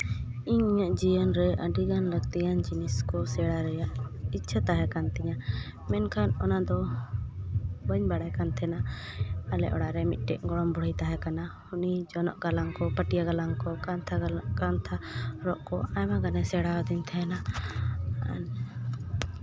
ᱤᱧ ᱤᱧᱟᱹᱜ ᱡᱤᱭᱚᱱ ᱨᱮ ᱟᱹᱰᱤᱜᱟᱱ ᱞᱟᱹᱠᱛᱤᱭᱟᱱ ᱡᱤᱱᱤᱥ ᱠᱚ ᱥᱮᱬᱟ ᱨᱮᱭᱟᱜ ᱤᱪᱪᱷᱟᱹ ᱛᱟᱦᱮᱸ ᱠᱟᱱ ᱛᱤᱧᱟᱹ ᱢᱮᱱᱠᱷᱟᱱ ᱚᱱᱟ ᱫᱚ ᱵᱟᱹᱧ ᱵᱟᱲᱟᱭ ᱠᱟᱱ ᱛᱟᱦᱮᱱᱟ ᱟᱞᱮ ᱚᱲᱟᱜ ᱨᱮ ᱢᱤᱫᱴᱮᱱ ᱜᱚᱲᱚᱢ ᱵᱩᱲᱦᱤ ᱛᱟᱦᱮᱸ ᱠᱟᱱᱟ ᱩᱱᱤ ᱡᱚᱱᱚᱜ ᱜᱟᱞᱟᱝ ᱠᱚ ᱯᱟᱹᱴᱭᱟᱹ ᱜᱟᱞᱟᱝ ᱠᱚ ᱠᱟᱱᱛᱷᱟ ᱜᱟᱞᱟᱝ ᱠᱟᱱᱛᱷᱟ ᱨᱚᱜ ᱠᱚ ᱟᱭᱢᱟ ᱜᱟᱱᱮ ᱥᱮᱬᱟᱣᱟᱹᱫᱤᱧ ᱛᱟᱦᱮᱱᱟ